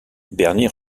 bernie